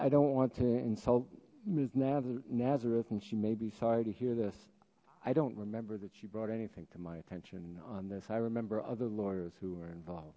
don't want to insult move now the nazareth and she may be sorry to hear this i don't remember that she brought anything to my attention on this i remember other lawyers who were involved